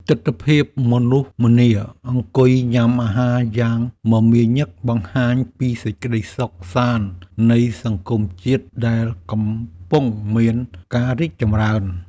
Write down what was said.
ទិដ្ឋភាពមនុស្សម្នាអង្គុយញ៉ាំអាហារយ៉ាងមមាញឹកបង្ហាញពីសេចក្ដីសុខសាន្តនៃសង្គមជាតិដែលកំពុងមានការរីកចម្រើន។